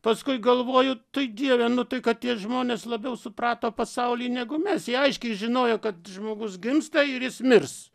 paskui galvoju tai dieve nu tai kad tie žmonės labiau suprato pasaulį negu mes jie aiškiai žinojo kad žmogus gimsta ir jis mirs